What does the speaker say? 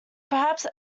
perhaps